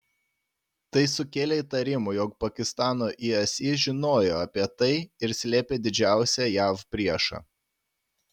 tai sukėlė įtarimų jog pakistano isi žinojo apie tai ir slėpė didžiausią jav priešą